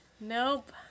Nope